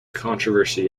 controversy